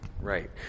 Right